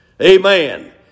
Amen